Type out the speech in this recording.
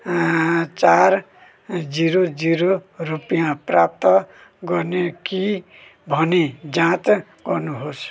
चार zero zero रुपियाँ प्राप्त गरेँ कि भनी जाँच गर्नु होस्